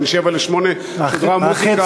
ובין 07:00 ל-08:00 שודרה מוזיקה.